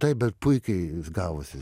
taip bet puikiai gavosi